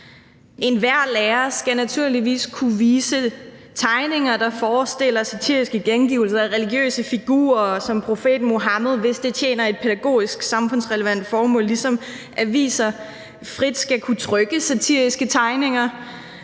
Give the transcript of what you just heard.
Enhver lærer skal naturligvis kunne vise tegninger, der forestiller satiriske gengivelser af religiøse figurer som profeten Muhammed, hvis det tjener et pædagogisk, samfundsrelevant formål, ligesom aviser frit skal kunne trykke satiriske tegninger